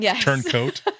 turncoat